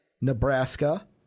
Nebraska